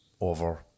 over